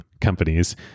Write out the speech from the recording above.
companies